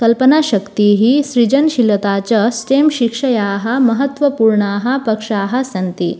कल्पनाशक्तिः सृजनशीलता च स्टें शिक्षायाः महत्त्वपूर्णाः पक्षाः सन्ति